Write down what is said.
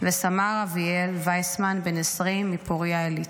סמל אביאל ויסמן, בן 20 מפוריה עילית.